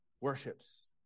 worships